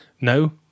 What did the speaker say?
no